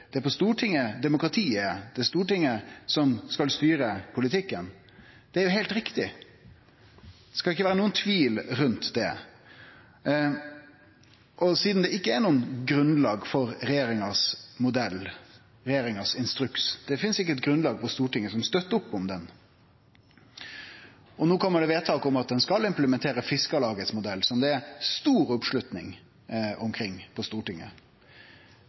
det er på Stortinget demokratiet er, det er Stortinget som skal styre politikken. Det er jo heilt riktig. Det skal ikkje vere nokon tvil rundt det. Sidan det ikkje er noko grunnlag for regjeringa sin modell, regjeringa sin instruks – det finst ikkje eit grunnlag på Stortinget som støttar opp om han – og det no kjem eit vedtak om at ein skal implementere Fiskarlagets modell, som det er stor oppslutning omkring på Stortinget,